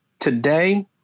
Today